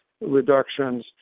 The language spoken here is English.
reductions